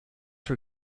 her